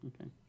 Okay